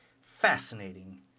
fascinating